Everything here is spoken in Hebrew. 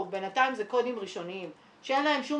בינתיים זה קודים ראשוניים שאין להם שום